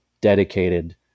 dedicated